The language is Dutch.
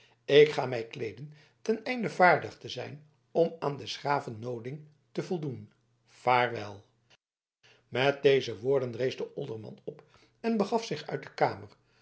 ik ga mij kleeden ten einde vaardig te zijn om aan des graven noodiging te voldoen vaarwel met deze woorden rees de olderman op en begaf zich uit de kamer